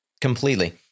Completely